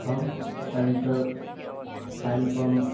ہم tanker hand pump